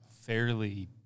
fairly